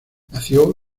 nació